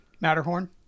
Matterhorn